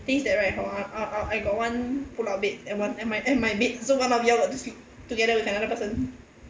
the thing is that right hor I got one pull out bed and one and my and my bed so one of your got to sleep together with another person